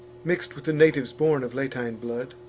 mix'd with the natives born of latine blood,